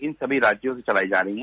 इन समी राज्यों से चलाई जा रही हैं